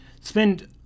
spend